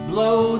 Blow